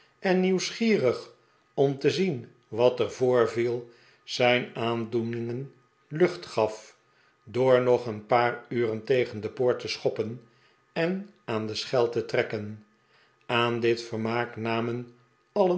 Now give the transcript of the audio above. en nieuwsgierig om te zien wat er voorviel zijn aandoeningen lucht gaf door nog een paar uren tegen de poort te schoppen en aan de schel te trekken aan dit vermaak namen